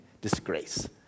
disgrace